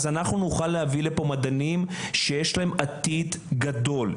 אז אנחנו נוכל להביא לפה מדענים שיש להם עתיד גדול.